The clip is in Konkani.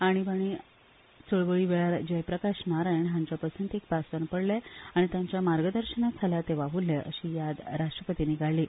आणिबाणी चळवळी वेळार जयप्रकाश नारायण हांचे पसंतीक पासवान पडले आनी तांच्या मार्गदर्शना खाला ते वावुरले अशीय याद राष्ट्रपतींनी काडली